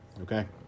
Okay